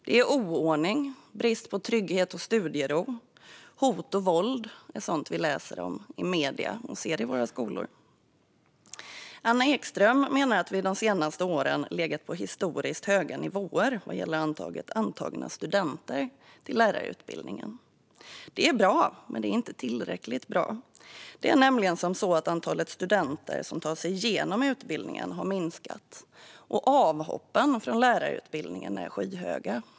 Det är oordning, brist på trygghet och studiero. Hot och våld är sådant vi läser om i medierna och ser i våra skolor. Anna Ekström menar att vi de senaste åren legat på historiskt höga nivåer vad gäller antalet antagna studenter i lärarutbildningen. Det är bra, men det är inte tillräckligt bra. Det är nämligen så att antalet studenter som tar sig igenom utbildningen har minskat, och avhoppen från lärarutbildningen är skyhöga.